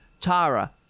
tara